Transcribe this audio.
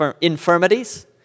infirmities